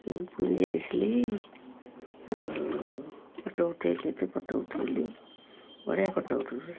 ପୁରୀ ଯାଇଥିଲି ଆଉ ଫଟୋ ଉଠେଇଲି ଏତେ ଫଟୋ ଉଠେଇଲୁ ବଢ଼ିଆ ଫଟୋ ଉଠୁଛି